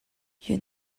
you